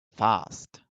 fast